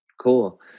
Cool